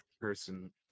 person